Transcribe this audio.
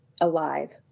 alive